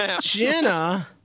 Jenna